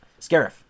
Scarif